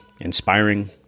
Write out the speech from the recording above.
inspiring